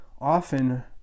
often